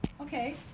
Okay